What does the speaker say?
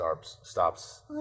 stops